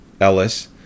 Ellis